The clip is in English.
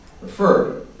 referred